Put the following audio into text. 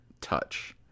touch